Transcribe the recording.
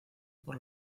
por